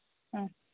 ആ